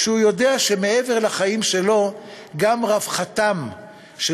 כשהוא יודע שמעבר לחיים שלו גם רווחתם של